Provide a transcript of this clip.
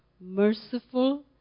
merciful